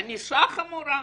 ענישה חמורה.